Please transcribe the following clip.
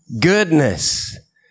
goodness